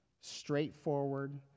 Straightforward